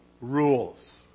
rules